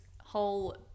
whole